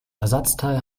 ersatzteil